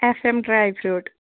F M dry fruit